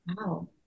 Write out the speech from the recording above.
wow